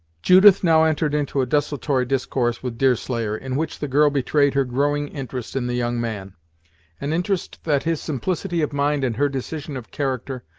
judith now entered into a desultory discourse with deerslayer, in which the girl betrayed her growing interest in the young man an interest that his simplicity of mind and her decision of character,